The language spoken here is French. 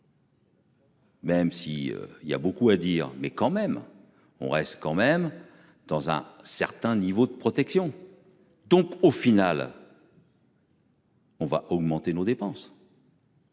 Même si il y a beaucoup à dire, mais quand même on reste quand même dans un certain niveau de protection donc au final. On va augmenter nos dépenses.